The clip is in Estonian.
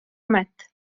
amet